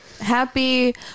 Happy